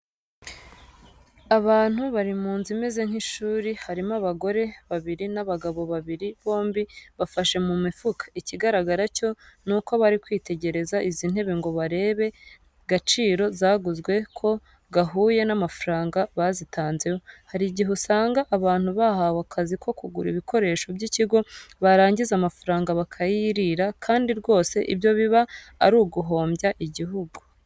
Abantu bari mu nzu imeze nk'ishuri, harimo abagore babiri n'abagabo babiri, bombi bafashe mu mifuka. Ikigaragara cyo ni uko bari kwitegereza izi ntebe ngo barebe gaciro zaguzwe ko gahuye n'amafaranga bazitanzeho. Hari igihe usanga abantu bahawe akazi ko kugura ibikoresho by'ikigo barangiza amafaranga bakayirira, kandi rwose ibyo biba ari uguhombya igihugu.